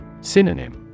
Synonym